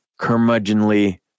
curmudgeonly